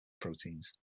proteins